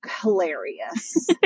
hilarious